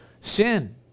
sin